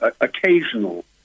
occasional